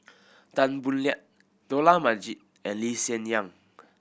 Tan Boo Liat Dollah Majid and Lee Hsien Yang